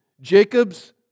Jacob's